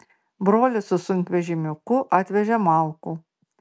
brolis su sunkvežimiuku atvežė malkų